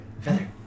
Feather